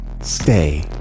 Stay